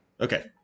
Okay